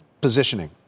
positioning